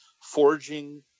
forging